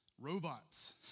robots